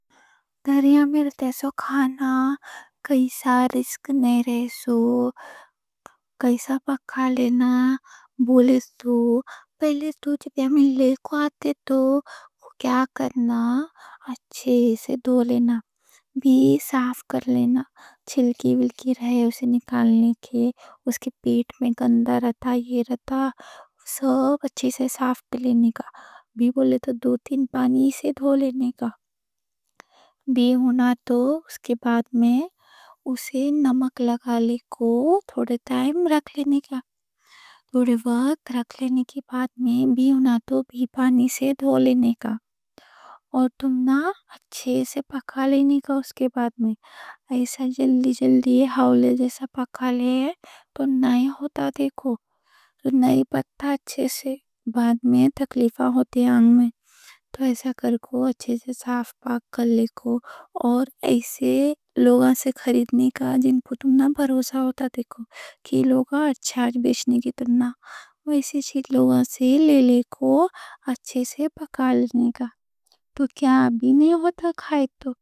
گھریاں میں رتے سو کھانا، کائیں کوں رسک نہیں رہسو۔ کائیں کوں پکا لینا، بولے تو، پہلے تو جب ہمیں لے کو آتے تو، کیا کرنا؟ اچھے سے دھو لینا، بھی صاف کر لینا۔ چھلکی ولکی رہے تو نکالنے کے، اس کے پیٹ میں گندہ رہتا، یہ رہتا۔ سب اچھے سے صاف کر لینے کا، بولے تو دو تین پانی سے دھو لینے کا، بھی ہونا تو۔ اس کے بعد میں اسے نمک لگا لے کو تھوڑے وقت رکھ لینے کا، تھوڑے وقت رکھ لینے کی بعد میں، بھی ہونا تو بھی پانی سے دھو لینے کا۔ اور تمناں اچھے سے پکا لینے کا۔ اس کے بعد میں، ایسے جلدی جلدی ہاولے جیسا پکا لے تو نئیں ہوتا، دیکھو تو نئیں پتہ، بعد میں تکلیفاں ہوتے۔ تو ایسا کرکو اچھے سے صاف، پاک کر لے کو۔ اور ایسے لوگا سے خریدنے کا جن کو تمناں بھروسہ ہوتا، دیکھو کہ لوگا اچھا بیچنے کی طرح نہ، وہ ایسے چھت لوگا سے لے لے کو، اچھے سے پکا لینے کا، تو کیا بھی نہیں ہوتا، کھائے تو۔